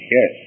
Yes